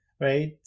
right